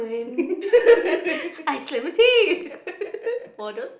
ice lemon tea water